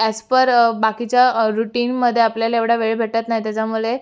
as per बाकीच्या रूटिनमध्ये आपल्याला एवढा वेळ भेटत नाही तेच्यामुळे